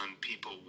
people